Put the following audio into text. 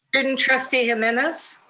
student trustee jimenez?